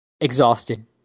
exhausted